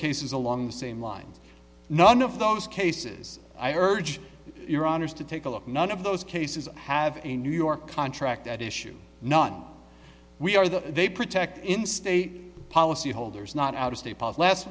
cases along the same lines none of those cases i urge your honour's to take a look none of those cases have a new york contract at issue none we are the they protect in state policy holders not out of state